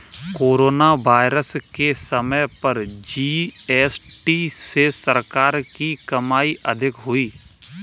corona virus के समय पर जी.एस.टी से सरकार की कमाई अधिक हुई